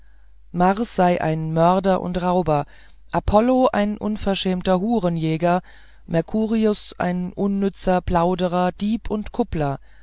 mars sei ein mörder und rauber apollo ein unverschämter hurenjäger mercurius ein unnützer plauderer dieb und kuppler